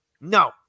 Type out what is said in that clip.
no